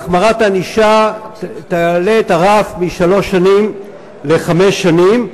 החמרת ענישה תעלה את הרף משלוש שנים לחמש שנים,